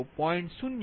તેથી આ B220